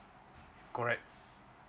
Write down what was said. correct